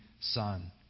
son